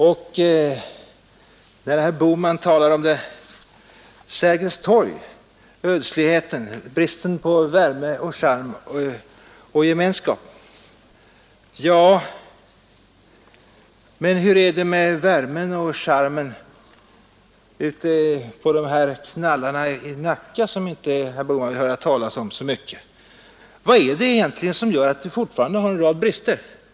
Och när herr Bohman talar om ödsligheten på Sergels torg och om bristen på värme, charm och gemenskap, då måste man fråga hur det är med värmen och charmen ute på knallarna i Nacka som herr Bohman inte vill höra talas om så mycket. Vad är det egentligen som gör att vi fortfarande har en rad brister i miljön?